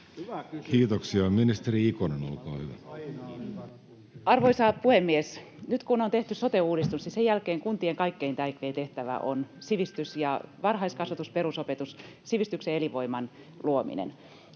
Kiitoksia. — Ministeri Ikonen, olkaa hyvä. Arvoisa puhemies! Nyt kun on tehty sote-uudistus, niin sen jälkeen kuntien kaikkein tärkein tehtävä on sivistys, varhaiskasvatus ja perusopetus, sivistyksen elinvoiman luominen.